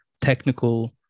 technical